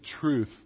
truth